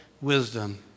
wisdom